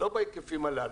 לא בהיקפים הללו.